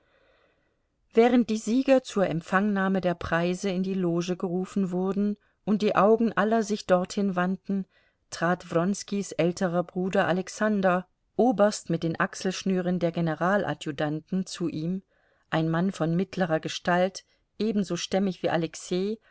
während die sieger zur empfangnahme der preise in die loge gerufen wurden und die augen aller sich dorthin wandten trat wronskis älterer bruder alexander oberst mit den achselschnüren der generaladjutanten zu ihm ein mann von mittlerer gestalt ebenso stämmig wie alexei